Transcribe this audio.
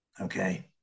Okay